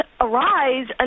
arise